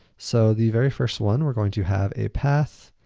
so the very first one, we're going to have a path.